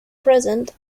present